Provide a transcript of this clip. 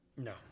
No